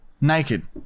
naked